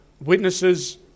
witnesses